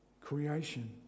creation